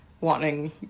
wanting